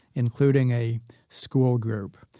including a school group.